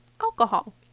alcohol